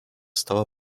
стола